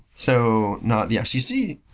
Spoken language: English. so not the fcc,